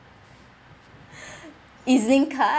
E_Z-link card